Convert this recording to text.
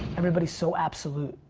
everybody's so absolute.